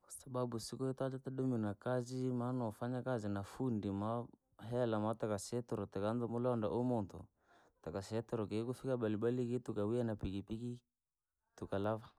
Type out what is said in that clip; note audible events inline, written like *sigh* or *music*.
Sababu siku iyo tija tadomire nakazi maana noofanya kazi na fundi maa hela, maa taka sitirwa takaanza mulonda uhuu muntu, takaa sitirwa kii kufika balibali kitu tukawia na pikipiki, tukala. *unintelligible*